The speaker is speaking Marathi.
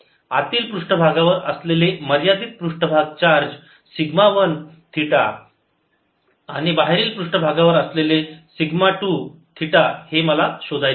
आतील पृष्ठभागावर असलेले मर्यादित पृष्ठभाग चार्ज सिग्मा 1 थिटा आणि बाहेरील पृष्ठभागावर असलेले सिग्मा 2 थिटा हे मला शोधायचे आहे